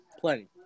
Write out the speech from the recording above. Plenty